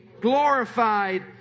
glorified